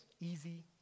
easy